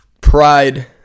pride